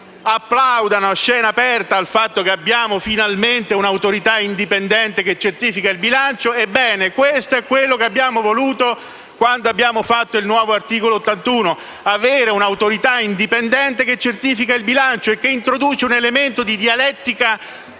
plaudano a scena aperta al fatto che abbiamo finalmente un'autorità indipendente che certifica il bilancio. Ebbene, questo è quello che abbiamo voluto quando abbiamo varato il nuovo articolo 81 della Costituzione: avere un'autorità indipendente che certifichi il bilancio e che introduca un elemento di dialettica concreta,